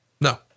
No